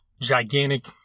gigantic